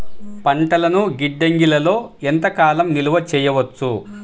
పంటలను గిడ్డంగిలలో ఎంత కాలం నిలవ చెయ్యవచ్చు?